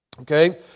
okay